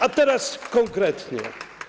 A teraz konkretnie.